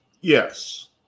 Yes